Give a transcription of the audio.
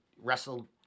wrestled